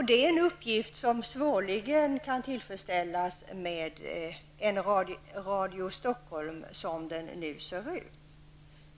Det är en uppgift som svårligen kan fullföljas med Radio Stockholm såsom denna nu ser ut.